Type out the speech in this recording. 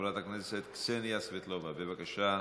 חברת הכנסת קסניה סבטלובה, בבקשה.